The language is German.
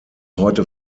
heute